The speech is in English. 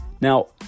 Now